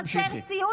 לך אני